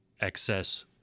excess